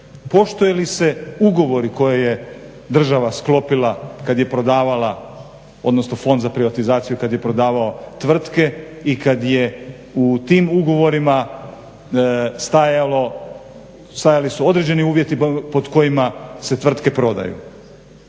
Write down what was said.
poštuju li se ugovori koje je država sklopila kad je prodavala, odnosno Fond za privatizaciju kad je prodavao tvrtke i kad je u tim ugovorima stajalo, stajali su određeni uvjeti pod kojima se tvrtke prodaju.